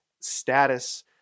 status